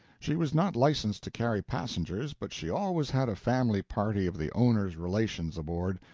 she was not licensed to carry passengers, but she always had a family party of the owners' relations aboard,